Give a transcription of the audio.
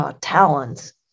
talons